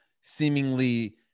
seemingly